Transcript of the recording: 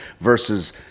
versus